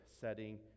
setting